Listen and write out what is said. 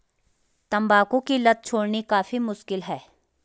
तंबाकू की लत छोड़नी काफी मुश्किल है